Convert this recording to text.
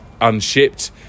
unshipped